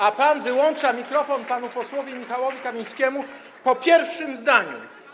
A pan wyłącza mikrofon panu posłowi Michałowi Kamińskiemu po pierwszym zdaniu.